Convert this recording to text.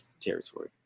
territory